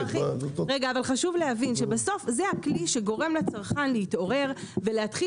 חשוב להבין שבסוף זה הכלי שגורם לצרכן להתעורר ולהתחיל